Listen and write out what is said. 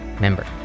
member